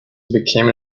became